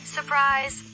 Surprise